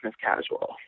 casual